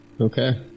Okay